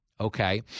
Okay